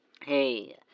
Hey